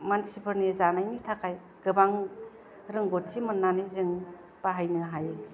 मानसिफोरनि जानायनि थाखाय गोबां रोंगथि मोननानै जों बाहायनो हायो